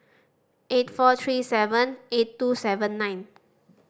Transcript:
eight four three seven eight two seven nine